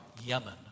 Yemen